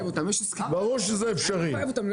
ברור שזה אפשרי.